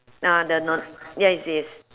uh the not~ yes yes